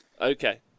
Okay